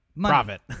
Profit